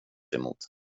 emot